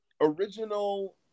original